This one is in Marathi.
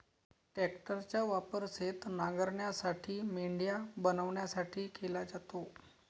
ट्रॅक्टरचा वापर शेत नांगरण्यासाठी, मेंढ्या बनवण्यासाठी केला जातो